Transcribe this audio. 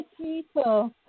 people